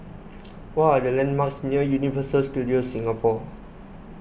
what are the landmarks near Universal Studios Singapore